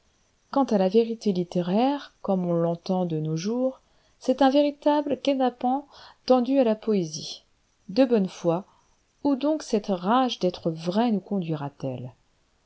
quant à la vérité littéraire comme on l'entend de nos jours c'est un véritable guet-apens tendu à la poésie de bonne foi où donc cette rage d'être vrais nous conduira t elle